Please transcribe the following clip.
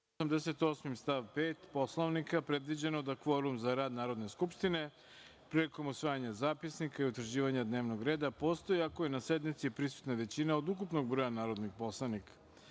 88. stav 5. Poslovnika predviđeno da kvorum za rad Narodne skupštine, prilikom usvajanja zapisnika i utvrđivanja dnevnog reda, postoji ako je na sednici prisutna većina od ukupnog broja narodnih poslanika. Radi